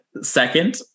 second